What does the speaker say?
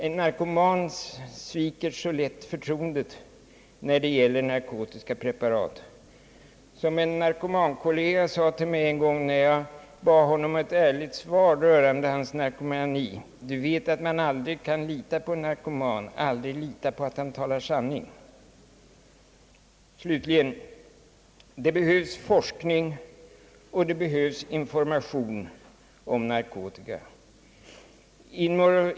En narkoman sviker så lätt förtroendet när det gäller narkotiska preparat. Som en kollega — själv narkoman — sade till mig en gång när jag bad honom om ett ärligt svar rörande hans narkomani: »Du vet att man aldrig kan lita på en narkoman, aldrig lita på att han talar sanning.» Slutligen, det behövs forskning och det behövs information i fråga om narkotika.